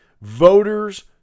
Voters